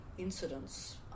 incidents